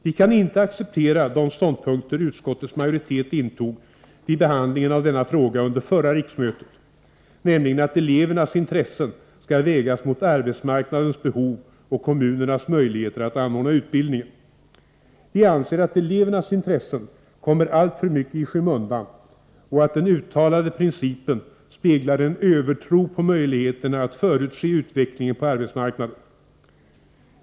Vi kan inte acceptera de ståndpunkter som utskottets majoritet intog vid behandlingen av denna fråga under förra riksmötet, nämligen att elevernas intressen skall vägas mot arbetsmarknadens behov och kommunernas möjligheter att anordna utbildning. Vi anser att elevernas intressen kommer alltför mycket i skymundan och att den uttalade principen speglar en övertro på möjligheterna att förutse utvecklingen på arbetsmarknaden.